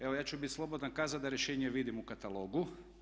Evo ja ću biti slobodan kazati da rješenje vidim u katalogu.